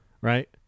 right